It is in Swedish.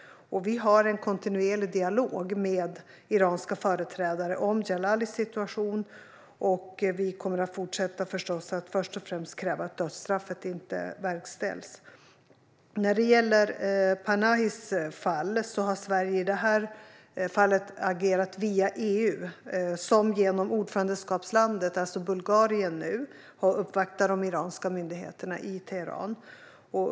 Vi har en kontinuerlig dialog med iranska företrädare om Djalalis situation, och vi kommer förstås att fortsätta att först och främst kräva att dödsstraffet inte verkställs. När det gäller Panahis fall har Sverige agerat via EU, som genom ordförandeskapslandet Bulgarien nu har uppvaktat de iranska myndigheterna i Teheran.